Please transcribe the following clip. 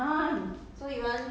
只有